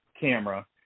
camera